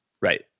Right